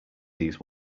these